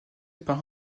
par